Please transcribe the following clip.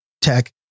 tech